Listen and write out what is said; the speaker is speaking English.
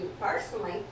personally